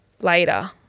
later